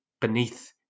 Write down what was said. beneath